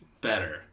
Better